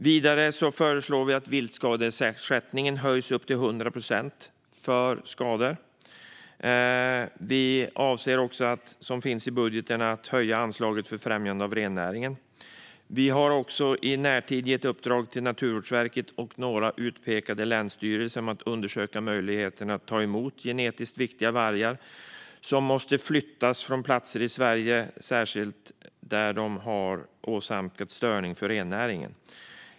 Vidare föreslås i budgeten att viltskadeersättningen höjs upp till 100 procent och att anslaget för främjande av rennäring höjs. Naturvårdsverket och några utpekade länsstyrelser har även getts i uppdrag att undersöka möjligheten att ta emot genetiskt viktiga vargar som måste flyttas från platser i Sverige där de har stört rennäringen.